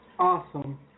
Awesome